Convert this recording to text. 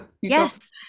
Yes